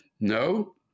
No